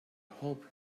hope